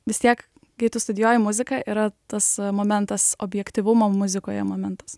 vis tiek kai tu studijuoji muziką yra tas momentas objektyvumo muzikoje momentas